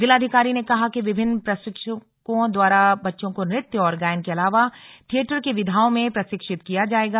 जिलाधिकारी ने कहा कि विभिन्न प्रशिक्षुओं द्वारा बच्चों को नृत्य और गायन के अलावा थियेटर की विधाओं में प्रशिक्षित किया जायेगा